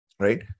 right